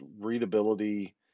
readability